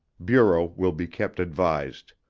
bureau will be kept advised.